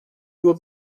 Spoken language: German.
nur